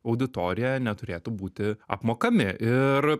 auditoriją neturėtų būti apmokami ir